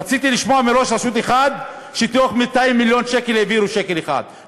רציתי לשמוע מראש רשות אחד שמתוך 200 מיליון שקל העבירו שקל אחד.